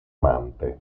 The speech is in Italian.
amante